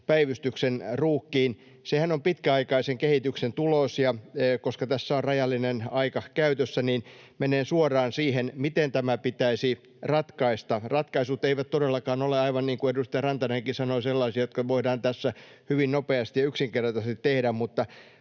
päivystyksen ruuhkiin. Sehän on pitkäaikaisen kehityksen tulos, ja koska tässä on rajallinen aika käytössä, menen suoraan siihen, miten tämä pitäisi ratkaista. Ratkaisut eivät todellakaan ole, aivan niin kuin edustaja Rantanenkin sanoi, sellaisia, jotka voidaan tässä hyvin nopeasti ja yksinkertaisesti tehdä,